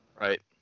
Right